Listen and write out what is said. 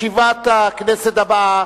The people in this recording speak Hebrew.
ישיבת הכנסת הבאה